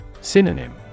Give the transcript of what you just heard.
Synonym